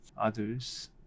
others